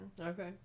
Okay